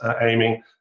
aiming